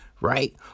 right